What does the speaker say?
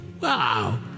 Wow